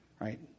right